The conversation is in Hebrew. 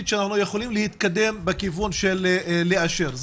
שאנחנו יכולים להתקדם בכיוון של לאישור.